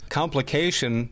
complication